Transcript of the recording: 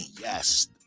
yes